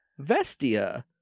Vestia